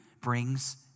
brings